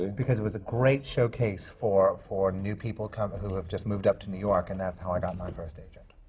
because it was a great showcase for for new people, kind of who have just moved up to new york, and that's how i got my first agent.